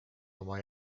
oma